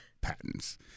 patents